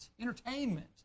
entertainment